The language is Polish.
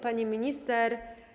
Pani Minister!